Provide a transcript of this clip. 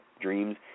Dreams